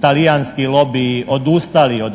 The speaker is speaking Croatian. talijanski lobiji odustali od